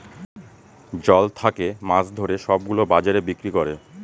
জল থাকে মাছ ধরে সব গুলো বাজারে বিক্রি করে